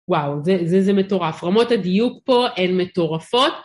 וואו, זה מטורף, רמות הדיוק פה, אין מטורפות.